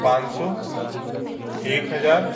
पाँच सौ एक हज़ार